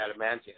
adamantium